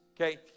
Okay